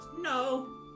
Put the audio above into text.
No